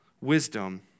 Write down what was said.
wisdom